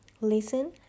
Listen